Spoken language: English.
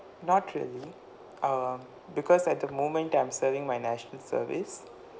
not really um because at the moment I'm serving my national service